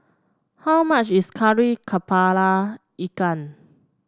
how much is Kari kepala Ikan